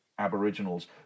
aboriginals